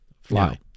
fly